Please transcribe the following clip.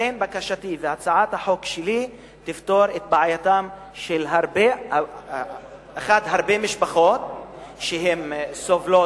הצעת החוק שלי תפתור את בעייתן של הרבה משפחות שסובלות